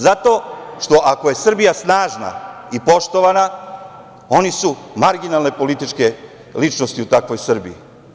Zato što ako je Srbija snažna i poštovana, oni su marginalne političke ličnosti u takvoj Srbiji.